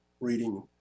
reading